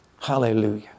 Hallelujah